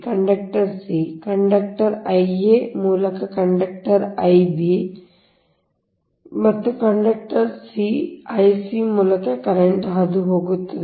conductor c conductor Ia ಮೂಲಕ conductor b Ib ಮತ್ತು conductor c Ic ಮೂಲಕ current ಹಾದುಹೋಗುತ್ತದೆ